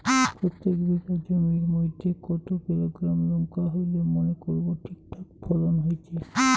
প্রত্যেক বিঘা জমির মইধ্যে কতো কিলোগ্রাম লঙ্কা হইলে মনে করব ঠিকঠাক ফলন হইছে?